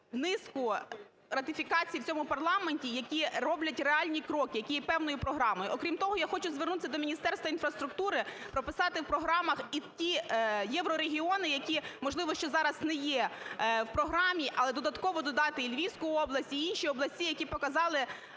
низку ратифікацій в цьому парламенті, які роблять реальні кроки, які є певної програмою. Окрім того я хочу звернутися до Міністерства інфраструктури, прописати в програмах і ті єврорегіони, які, можливо, ще зараз не є в програмі, але додатково додати і Львівську область, і інші області, які показали